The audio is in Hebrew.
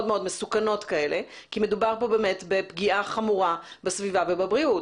מאוד מסוכנות כאלה כי מדובר כאן באמת בפגיעה חמורה בסביבה ובבריאות.